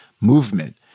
movement